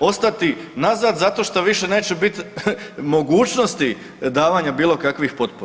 ostati nazad zato što više neće bit mogućnosti davanja bilo kakvih potpora.